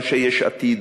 אנשי יש עתיד,